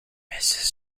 mrs